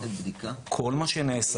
כל מה שנעשה